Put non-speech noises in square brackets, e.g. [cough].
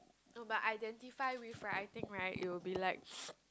oh but identify with right I think right it will be like [noise]